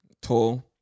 Tall